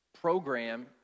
program